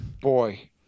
boy